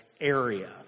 area